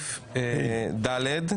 לסעיף ד',